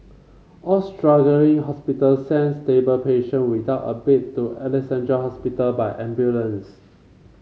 all struggling hospitals sent stable patient without a bed to Alexandra Hospital by ambulance